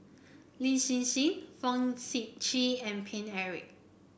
Lin Hsin Hsin Fong Sip Chee and Paine Eric